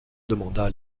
demanda